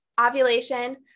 ovulation